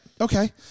Okay